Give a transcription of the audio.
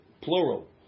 plural